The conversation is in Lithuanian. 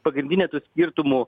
pagrindinė tų skirtumų